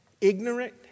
ignorant